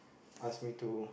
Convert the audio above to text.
ask me to